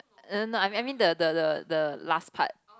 err no I mean the the the last part